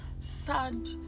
sad